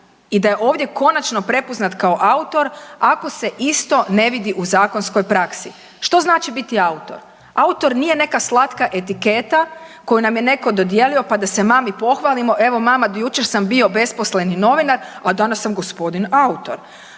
i da je ovdje konačno prepoznat kao autor, ako se isto ne vidi u zakonskoj praksi. Što znači biti autor? Autor nije neka slatka etiketa koju nam je netko dodijelio pa da se mami pohvalimo, evo mama, do jučer sam bio besposleni novinar, a danas sam gospodin autor.